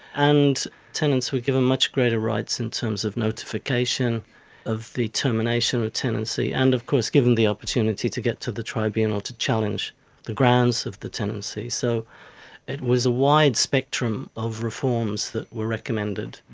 and tenants were given much greater rights in terms of notification of the termination of tenancy, and of course given the opportunity to get to the tribunal to challenge the grounds of the tenancy. so it was a wide spectrum of reforms that were recommended.